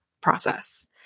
process